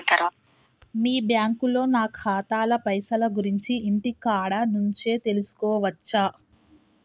మీ బ్యాంకులో నా ఖాతాల పైసల గురించి ఇంటికాడ నుంచే తెలుసుకోవచ్చా?